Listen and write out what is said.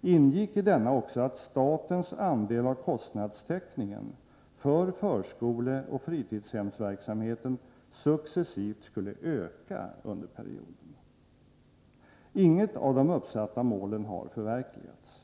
ingick i denna också att statens andel av kostnadstäckningen för förskoleoch fritidshemsverksamheten successivt skulle öka under perioden. Inget av de uppsatta målen har förverkligats.